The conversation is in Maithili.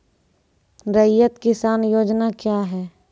रैयत किसान योजना क्या हैं?